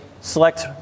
select